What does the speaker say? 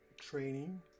training